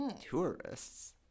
Tourists